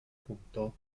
punto